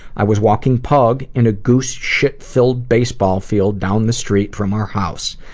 i was walking pug in a goose shit filled baseball field down the street from our house.